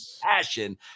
passion